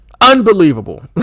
Unbelievable